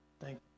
Thank